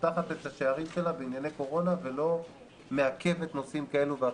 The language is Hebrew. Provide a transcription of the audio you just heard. פותחת את השערים שלה בענייני קורונה ולא מעכבת נושאים כאלה ואחרים.